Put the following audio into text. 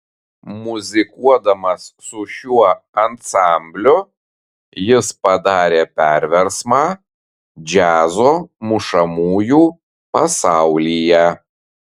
muzikuodamas su šiuo ansambliu jis padarė perversmą džiazo mušamųjų pasaulyje